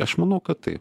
aš manau kad taip